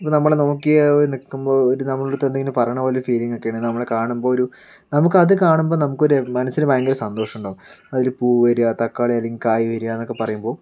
ഇപ്പോൾ നമ്മൾ നോക്കിയാൽ നിൽക്കുമ്പോൾ ഒരു നമ്മളുടെ അടുത്ത് എന്തെങ്കിലും പറയണപോലെയൊരു ഫീലിങ്ങൊക്കെയാണ് ഉണ്ടാകും നമ്മളെ കാണുമ്പോ ഒരു നമുക്കത് കാണുമ്പൊൾ നമുക്കൊരു മനസ്സിന് ഭയങ്കര സന്തോഷമുണ്ടാകും അതിൽ പൂ വരിക തക്കാളി അല്ലെങ്കിൽ കായ് വരിക എന്നൊക്കെ പറയുമ്പോൾ